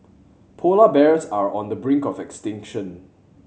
polar bears are on the brink of extinction